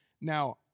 Now